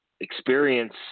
experience